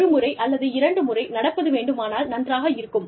ஒருமுறை அல்லது இரண்டு முறை நடப்பது வேண்டுமானால் நன்றாக இருக்கும்